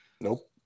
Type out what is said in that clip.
Nope